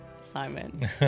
Simon